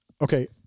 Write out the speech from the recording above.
Okay